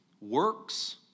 works